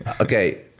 Okay